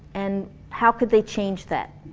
and how could they change that.